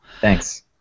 Thanks